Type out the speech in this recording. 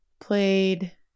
played